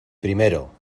primero